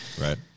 Right